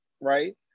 right